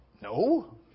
No